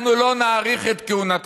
אנחנו לא נאריך את כהונתך.